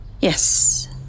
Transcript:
Yes